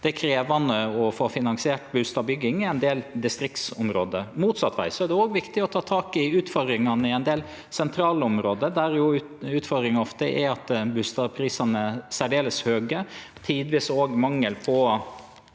det er krevjande å få finansiert bustadbygging i ein del distriktsområde. Motsett veg er det òg viktig å ta tak i utfordringane i ein del sentrale område der utfordringa ofte er at bustadprisane er særs høge. Det er tidvis òg mangel på